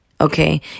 Okay